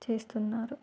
చేస్తున్నారు